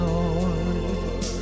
Lord